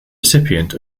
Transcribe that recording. recipient